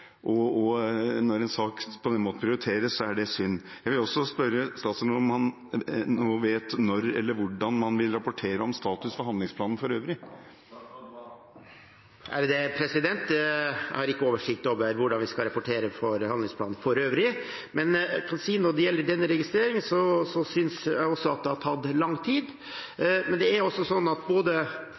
og at det er synd at en sånn sak ikke prioriteres. Jeg vil også spørre statsråden om han nå vet når, eller hvordan, man vil rapportere om status for handlingsplanen for øvrig. Jeg har ikke oversikt over hvordan vi skal rapportere for handlingsplanen for øvrig. Men når det gjelder denne registreringen, vil jeg si at jeg også synes at det har tatt lang tid, men dette skal avklares praktisk, både lovmessig og registreringsmessig, slik at vi har det helt riktig, og det skal være faglig riktig også.